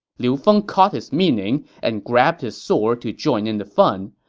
liu feng caught his meaning and grabbed his sword to join in the fun.